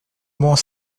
mont